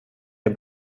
der